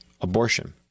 abortion